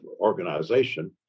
organization